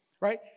Right